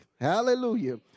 hallelujah